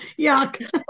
yuck